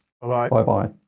Bye-bye